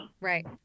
Right